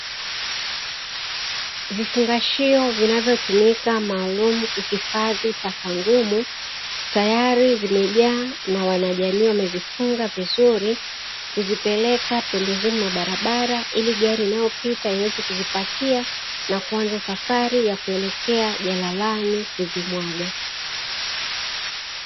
Vifungashio vinavyotumika maalumu kuhifadhi takataka ngumu, tayari zimejaa na wanajamii wamezifunga vizuri, kuzipeleka pembezoni mwa barabara ili gari inayopita iweze kuzipakia na kuanza safari ya kuelekea jalalani kuzimwaaga.